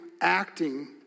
acting